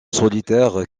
solitaire